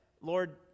Lord